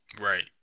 Right